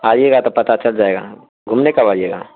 آئیے گا تو پتہ چال جائے گا گھومنے کب آئیے گا